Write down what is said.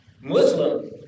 muslim